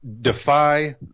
defy